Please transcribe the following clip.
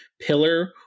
pillar